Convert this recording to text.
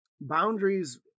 boundaries